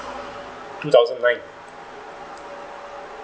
two thousand nine